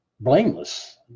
Blameless